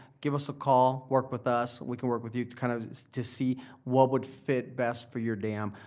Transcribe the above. give us a call, work with us, we can work with you kind of to see what would fit best for your dam.